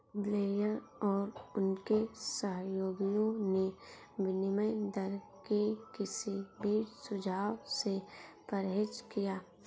Blair और उनके सहयोगियों ने विनिमय दर के किसी भी सुझाव से परहेज किया